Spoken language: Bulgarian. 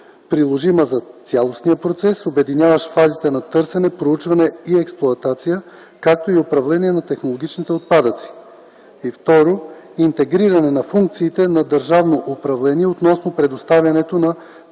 приложима за цялостния процес, обединяващ фазите на търсене, проучване и експлоатация, както и управление на технологичните отпадъци; интегриране на функциите на държавно управление относно предоставянето на